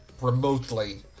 remotely